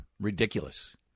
ridiculous